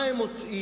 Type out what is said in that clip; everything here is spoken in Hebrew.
ומה הם מוצאים?